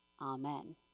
Amen